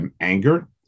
anger